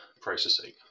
processing